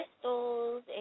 crystals